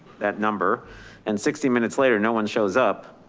that number and sixty minutes later, no one shows up.